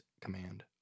command